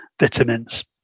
Vitamins